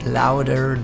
louder